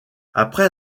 après